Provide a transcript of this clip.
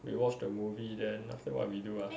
we watched a movie then after what we do ah